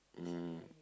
um